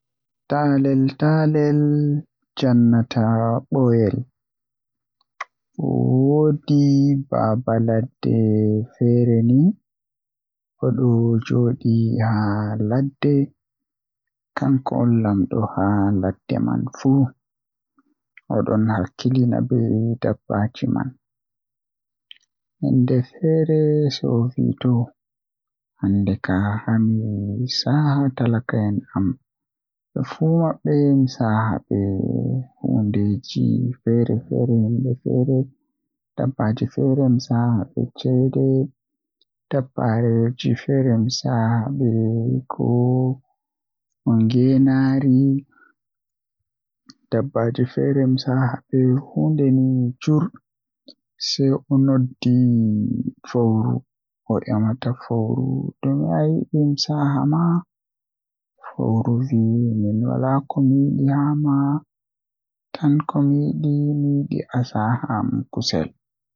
Talel-talel Jannata ɓoyel. Woodi baba ladde feere ni oɗo joodi haa ladde kanko woni lamɗo haa ladde man fuu. Nyende feere owee hande kam kam hani saaha talaka en am ɓe fuu maɓɓe mi saaha ɓe hunde feere-feere dabbaji feere mi saaha ɓe ceede. Dabbaaji feere mi saaha ɓe geenaari dabbaji feere mi saaha ɓe ni hundeeji jur. Sei o noddi Fowru o emi mo ɗume ayiɗi mi saaha ma sei Fowru wee komi yiɗi saaha am ni mi yiɗi asaha am kusel.